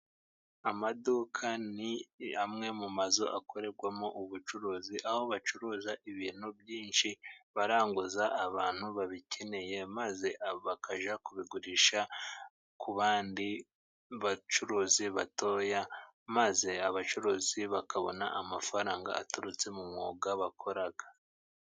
Amaduka ni amwe mumazu akorerwamo ubucuruzi aho bacuruza ibintu byinshi baranguza abantu babikeneye, maze bakajya kubigurisha ku bandi bacuruzi batoya maze abacuruzi bakabona amafaranga aturutse mumwuga bakoraga.